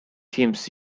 teams